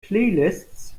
playlists